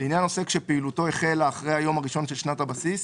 (1)לעניין עוסק שפעילותו החלה אחרי היום הראשון של שנת הבסיס,